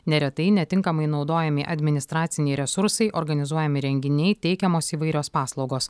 neretai netinkamai naudojami administraciniai resursai organizuojami renginiai teikiamos įvairios paslaugos